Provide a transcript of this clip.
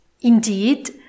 Indeed